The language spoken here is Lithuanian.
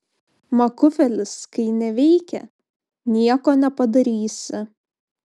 makufelis kai neveikia nieko nepadarysi